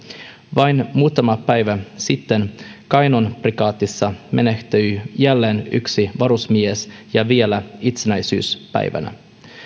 vain muutama päivä sitten kainuun prikaatissa menehtyi jälleen yksi varusmies ja vielä itsenäisyyspäivänä